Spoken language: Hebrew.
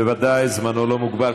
בוודאי, זמנו לא מוגבל.